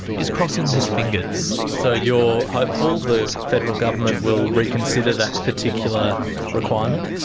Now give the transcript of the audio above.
is crossing his fingers. so you're hopeful the federal government will reconsider that particular requirement?